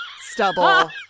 stubble